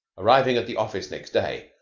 arriving at the office next day,